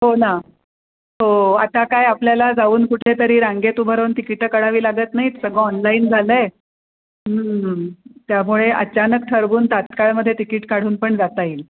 हो ना हो आता काय आपल्याला जाऊन कुठेतरी रांगेत उभं राहून तिकीटं कढावी लागत नाहीत सगळं ऑनलाईन झालं आहे त्यामुळे अचानक ठरवून तात्काळमधे तिकीट काढून पण जाता येईल